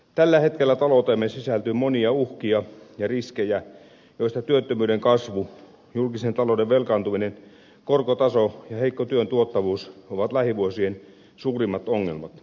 tällä hetkellä talouteemme sisältyy monia uhkia ja riskejä joista työttömyyden kasvu julkisen talouden velkaantuminen korkotaso ja heikko työn tuottavuus ovat lähivuosien suurimmat ongelmat